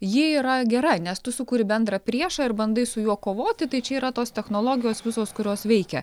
ji yra gera nes tu sukuri bendrą priešą ir bandai su juo kovoti tai čia yra tos technologijos visos kurios veikia